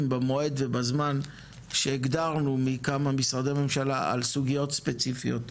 במועד ובזמן שהגדרנו מכמה משרדי ממשלה על סוגיות ספציפיות,